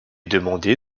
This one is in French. demandé